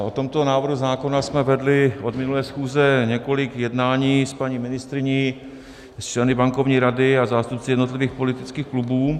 O tomto návrhu zákona jsme vedli od minulé schůze několik jednání s paní ministryní, s členy Bankovní rady a zástupci jednotlivých politických klubů.